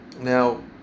Now